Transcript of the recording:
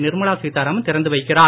நிர்மலா சீத்தாராமன் திறந்து வைக்கிறார்